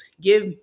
give